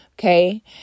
Okay